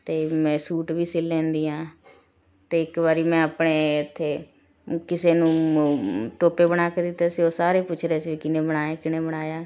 ਅਤੇ ਮੈਂ ਸੂਟ ਵੀ ਸਿਲ ਲੈਂਦੀ ਹਾਂ ਅਤੇ ਇੱਕ ਵਾਰੀ ਮੈਂ ਆਪਣੇ ਇੱਥੇ ਕਿਸੇ ਨੂੰ ਨੂ ਟੋਪੇ ਬਣਾ ਕੇ ਦਿੱਤੇ ਸੀ ਉਹ ਸਾਰੇ ਪੁੱਛ ਰਹੇ ਸੀ ਵੀ ਕਿਹਨੇ ਬਣਾਏ ਕਿਹਨੇ ਬਣਾਇਆ